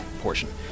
portion